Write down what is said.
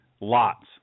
lots